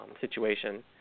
situation